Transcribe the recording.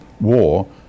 war